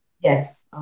Yes